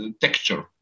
texture